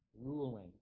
ruling